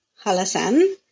halasan